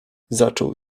zaczął